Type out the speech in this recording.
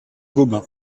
gobain